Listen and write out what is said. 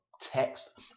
text